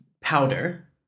powder